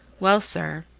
well, sir,